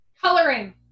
Coloring